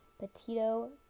Petito